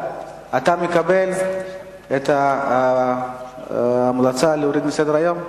אתה מקבל את ההמלצה להוריד מסדר-היום?